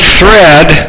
thread